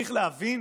צריך להבין